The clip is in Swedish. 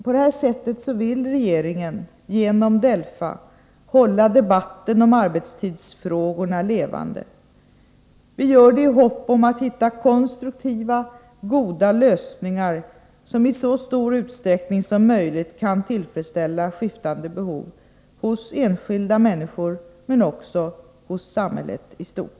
På det här sättet vill regeringen genom DELFA hålla debatten om arbetstidsfrågorna levande. Vi gör det i hopp om att hitta konstruktiva, goda lösningar, som i så stor utsträckning som möjligt kan tillfredsställa skiftande behov hos enskilda människor och hos samhället i stort.